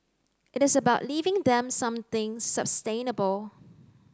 it is about leaving them something sustainable